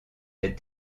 des